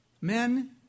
Men